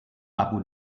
abu